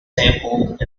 sampled